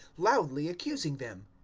loudly accusing them.